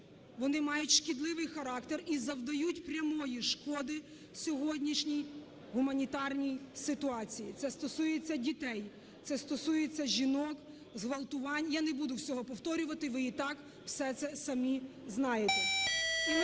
вони мають шкідливий характер і завдають прямої шкоди сьогоднішній гуманітарній ситуації. Це стосується дітей, це стосується жінок, зґвалтувань. Я не буду всього повторювати, ви і так все це самі знаєте.